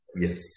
Yes